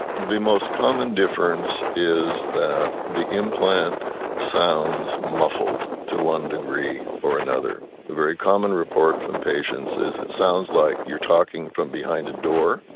the most common difference is that the implant sounds muffled to one degree or another. a very common report from patients is it sounds like you're talking from behind a door,